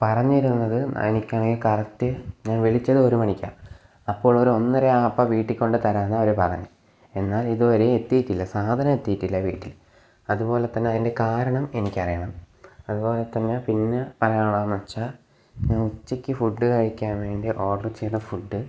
പറഞ്ഞിരുന്നത് എനിക്കാണേ കറക്റ്റ് ഞാന് വിളിച്ചത് ഒരു മണിക്കാണ് അപ്പോൾ ഒരു ഒന്നരയാകുമ്പോൾ വീട്ടിൽ കൊണ്ട് തരാമെന്നാണ് അവർ പറഞ്ഞത് എന്നാല് ഇതുവരെയും എത്തിയിട്ടില്ല സാധനം എത്തിയിട്ടില്ല വീട്ടിൽ അതുപോലെ തന്നെ അതിന്റെ കാരണം എനിക്കറിയണം അതുപോലെ തന്നെ പിന്നെ പറയാനുള്ളതെന്നു വെച്ചാൽ ഞാന് ഉച്ചക്ക് ഫുഡ് കഴിക്കാന് വേണ്ടി ഓഡര് ചെയ്ത ഫുഡ്